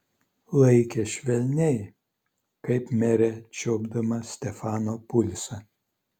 laikė švelniai kaip merė čiuopdama stefano pulsą